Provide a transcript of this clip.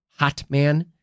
Hotman